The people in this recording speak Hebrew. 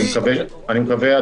אני מקווה,